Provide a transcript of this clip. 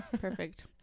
Perfect